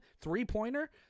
three-pointer